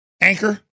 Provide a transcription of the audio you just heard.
anchor